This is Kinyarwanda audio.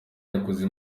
yakoze